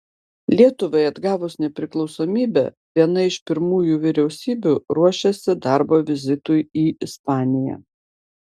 lietuvai atgavus nepriklausomybę viena iš pirmųjų vyriausybių ruošėsi darbo vizitui į ispaniją